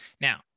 Now